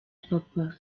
papa